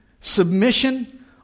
submission